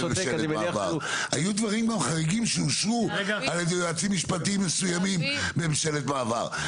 היו דברים חריגים שאושרו על ידי יועצים משפטיים מסוימים בממשלת מעבר.